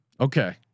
Okay